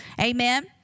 Amen